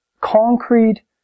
concrete